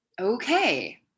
okay